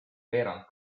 veerand